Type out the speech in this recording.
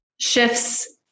shifts